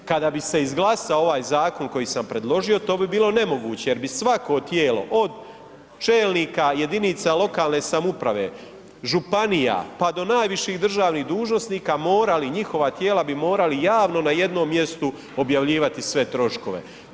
Kada bi se izglasao ovaj zakon koji sam predložio to bi bilo nemoguće, jer bi svako tijelo od čelnika jedinica lokalne samouprave, županija, pa do najviših državnih dužnosnika morali, njihova tijela bi morali javno na jednom mjestu objavljivati sve troškove.